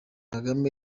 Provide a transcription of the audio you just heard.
kagame